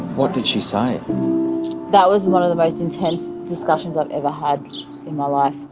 what did she say? that was one of the most intense discussions i've ever had in my life.